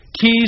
keys